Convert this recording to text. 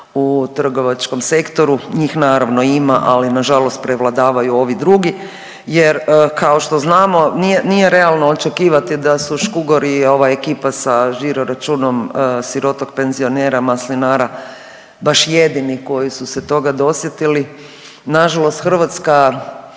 u trgovačkom sektoru, njih naravno ima, ali nažalost prevladavaju ovi drugi jer kao što znamo nije, nije realno očekivati da su Škugori i ova ekipa sa žiro računom sirotog penzionera maslinara baš jedini koji su se toga dosjetili. Nažalost Hrvatska